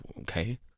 okay